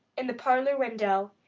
in the parlor window,